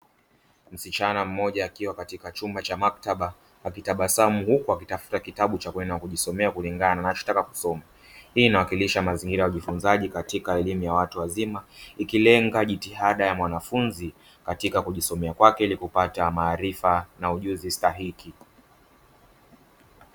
Msichana mmoja akiwa katika chumba cha maktaba akitabasamu huku akitafuta kitabu cha kwenda kujisomea kulingana na anachotaka kusoma. Hii inawakilisha mazingira ya ujifunzaji katika elimu ya watu wazima ikilenga jitihada ya mwanafunzi katika kujisomea kwake ili kupata maaifa na ujuzi stahiki.